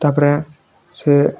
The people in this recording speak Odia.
ତା'ପରେ ସେ